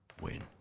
win